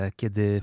kiedy